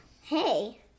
Hey